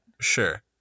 Sure